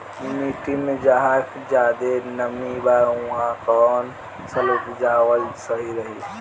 मिट्टी मे जहा जादे नमी बा उहवा कौन फसल उपजावल सही रही?